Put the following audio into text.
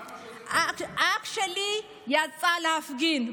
כמה שוטרים היו, אח שלי יצא להפגין.